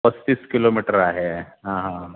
पस्तीस किलोमीटर आहे